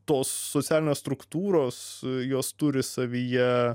tos socialinės struktūros jos turi savyje